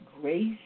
grace